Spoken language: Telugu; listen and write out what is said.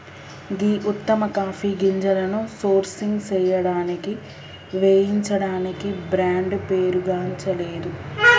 గీ ఉత్తమ కాఫీ గింజలను సోర్సింగ్ సేయడానికి వేయించడానికి బ్రాండ్ పేరుగాంచలేదు